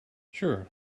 sure